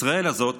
ישראל הזאת